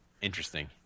Interesting